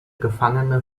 gefangene